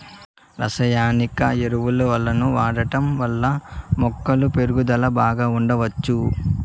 రసాయనిక ఎరువులను వాడటం వల్ల మొక్కల పెరుగుదల బాగా ఉండచ్చు